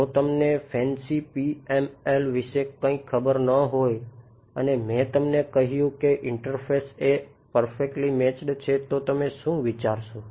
જો તમને fancy PMI વિશે કંઇ ખબર ન હોય અને મેં તમને કહ્યું કે ઇન્ટરફેસ એ પરફેકટલી મેચ્ડ છે તો તમે શું વિચારશો